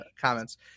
comments